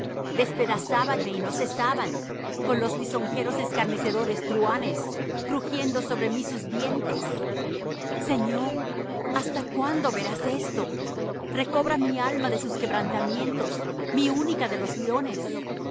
y no cesaban con los lisonjeros escarnecedores truhanes crujiendo sobre mí sus dientes señor hasta cuándo verás esto recobra mi alma de sus quebrantamientos mi única de los leones